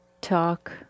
talk